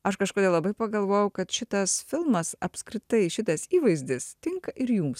aš kažkodėl labai pagalvojau kad šitas filmas apskritai šitas įvaizdis tinka ir jums